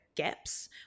gaps